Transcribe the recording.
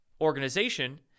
organization